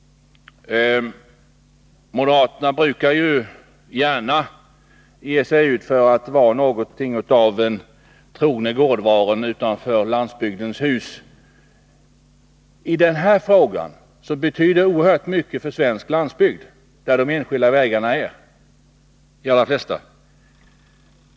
Moderaterna brukar gärna ge sig ut för att vara någonting av den trogna gårdvaren utanför landsbygdens hus. Utgången av denna fråga betyder oerhört mycket för svensk landsbygd, där de flesta enskilda vägarna finns.